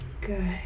Good